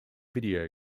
video